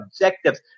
objectives